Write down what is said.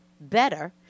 better